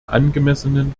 angemessenen